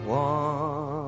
one